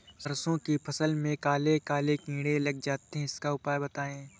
सरसो की फसल में काले काले कीड़े लग जाते इसका उपाय बताएं?